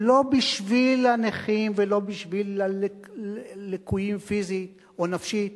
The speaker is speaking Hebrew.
היא לא בשביל הנכים ולא בשביל לקויים פיזית או נפשית.